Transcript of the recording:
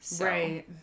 Right